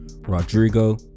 Rodrigo